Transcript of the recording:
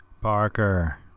Parker